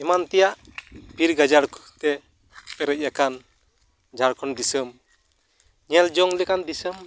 ᱮᱢᱟᱱ ᱛᱮᱭᱟᱜ ᱵᱤᱨ ᱜᱟᱡᱟᱲᱠᱚ ᱛᱮ ᱯᱮᱨᱮᱡ ᱟᱠᱟᱱ ᱡᱷᱟᱲᱠᱷᱚᱸᱰ ᱫᱤᱥᱚᱢ ᱧᱮᱞᱡᱚᱝ ᱞᱮᱠᱟᱱ ᱫᱤᱥᱚᱢ